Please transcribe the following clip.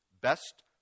Best